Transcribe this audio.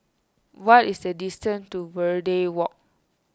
what is the distance to Verde Walk